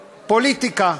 פוליטיקה.